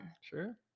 Sure